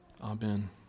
Amen